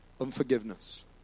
unforgiveness